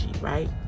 right